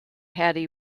hattie